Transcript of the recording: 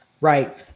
right